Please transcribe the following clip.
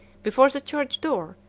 before the church door,